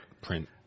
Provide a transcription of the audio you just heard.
print